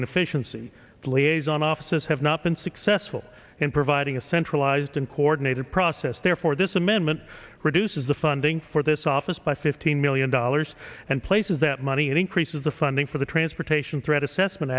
inefficiency liaison offices have not been successful in providing a centralized and coordinated process therefore this amendment reduces the funding for this office by fifteen million dollars and places that money increases the funding for the transportation threat assessment